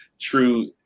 true